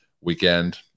weekend